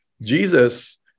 Jesus